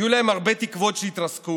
יהיו להם הרבה תקוות שיתרסקו,